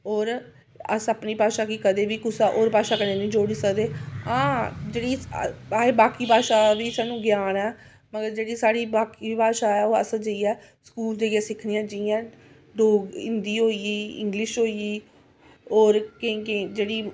होर अस अपनी भाशा गी कदें बी कुसै होर भाशा कन्नै निं जोड़ी सकदे आं जेह्ड़ी बाकी भाशा दा बी सानूं ज्ञान ऐ मगर जेह्ड़ी साढ़ी बाकी भाशा ऐ ओह् अस जाइयै स्कूल जाइयै सिक्खनी आं जियां हिंदी होई गेई इंग्लिश होई गेई होर केईं केईं जेह्ड़ी